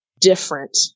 different